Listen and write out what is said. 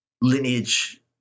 lineage